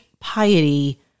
piety